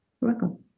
welcome